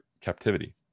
captivity